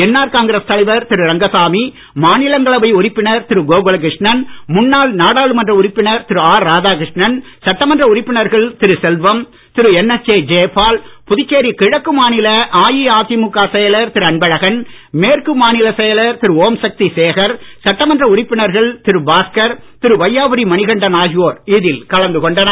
NR Congress தலைவர் திரு ரங்கசாமி மாநிலங்களவை உறுப்பினர் திரு கோகுல கிருஷ்ணன் முன்னாள் நாடாளுமன்ற உறுப்பினர் திரு ஆர் ராதாகிருஷ்ணன் சட்டமன்ற உறுப்பினர்கள் திரு செல்வம் திரு N S J Jayapal Puducherry கிழக்கு மாநில அஇஅதிமுக செயலர் திரு அன்பழகன் மேற்கு மாநிலச் செயலர் தலைவர் திரு ஓம் சக்தி சேகர் சட்டமன்ற உறுப்பினர்கள் திரு பாஸ்கர் திரு வையாபுரி மணிகண்டன் ஆகியோர் இதில் கலந்து கொண்டனர்